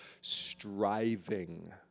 striving